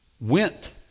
went